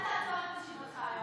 אל תעצור את נשימתך, יועז.